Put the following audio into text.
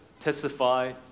testify